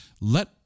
Let